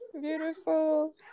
Beautiful